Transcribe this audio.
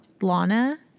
Lana